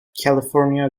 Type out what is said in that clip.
california